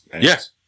Yes